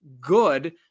good